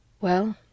Well—